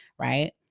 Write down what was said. Right